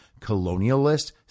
colonialist